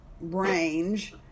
range